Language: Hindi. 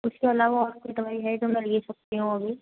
उसके अलावा और कोई दवाई है जो मैं ले सकती हूँ अभी